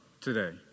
today